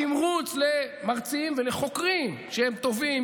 תמרוץ למרצים ולחוקרים שהם טובים,